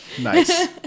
Nice